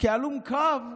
כהלום קרב,